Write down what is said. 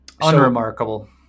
Unremarkable